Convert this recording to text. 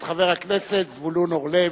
את חבר הכנסת זבולון אורלב,